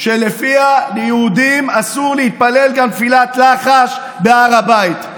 שלפיה ליהודים אסור להתפלל גם תפילת לחש בהר הבית.